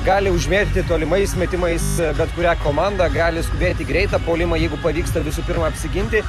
gali užmėtyti tolimais metimais bet kurią komandą gali skubėt į greitą puolimą jeigu pavyksta visų pirma apsiginti